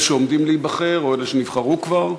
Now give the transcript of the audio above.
מאלה שעומדים להיבחר או אלה שנבחרו כבר?